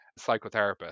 psychotherapist